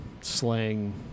slang